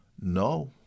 no